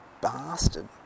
bastard